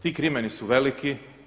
Ti krimeni su veliki.